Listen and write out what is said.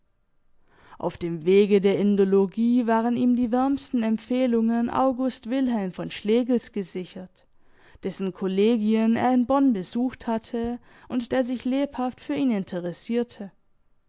auf dem wege der indologie waren ihm die wärmsten empfehlungen august wilhelm von schlegels gesichert dessen kollegien er in bonn besucht hatte und der sich lebhaft für ihn interessierte